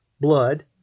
blood